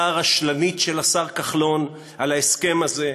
הרשלנית של השר כחלון על ההסכם הזה,